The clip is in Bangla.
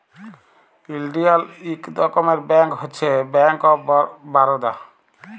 ইলডিয়াল ইক রকমের ব্যাংক হছে ব্যাংক অফ বারদা